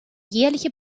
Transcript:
jährliche